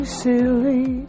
silly